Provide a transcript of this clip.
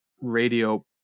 radio